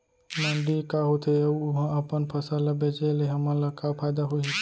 मंडी का होथे अऊ उहा अपन फसल ला बेचे ले हमन ला का फायदा होही?